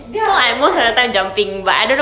ya that's why mm